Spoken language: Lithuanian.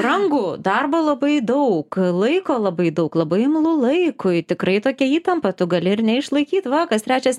brangu darbo labai daug laiko labai daug labai imlu laikui tikrai tokia įtampa tu gali ir neišlaikyt va kas trečias